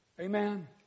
Amen